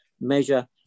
measure